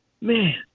man